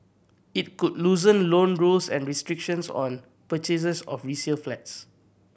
it could loosen loan rules and restrictions on purchases of resale flats